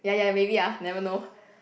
ya ya maybe ah never know